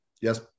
yes